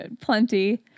plenty